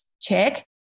check